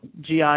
GI